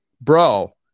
bro